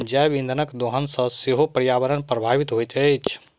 जैव इंधनक दोहन सॅ सेहो पर्यावरण प्रभावित होइत अछि